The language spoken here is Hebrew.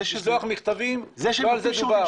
לשלוח מכתבים - לא על זה מדובר.